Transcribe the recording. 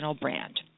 brand